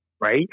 right